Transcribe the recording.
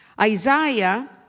Isaiah